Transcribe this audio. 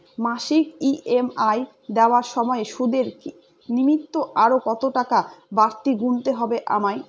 মাসিক ই.এম.আই দেওয়ার সময়ে সুদের নিমিত্ত আরো কতটাকা বাড়তি গুণতে হবে আমায়?